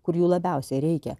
kur jų labiausiai reikia